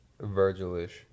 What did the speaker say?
Virgil-ish